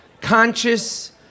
conscious